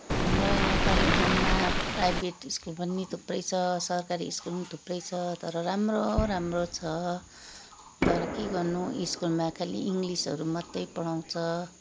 हाम्रो या कालिम्पोङमा प्राइभेट स्कुल पनि थुप्रै छ सरकारी स्कुल पनि थुप्रै छ तर राम्रो राम्रो छ तर के गर्नु स्कुलमा खालि इङ्ग्लिसहरू मात्रै पढाउँछ